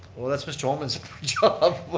well that's mr. holman's sort of